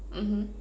mmhmm